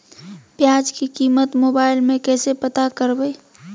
प्याज की कीमत मोबाइल में कैसे पता करबै?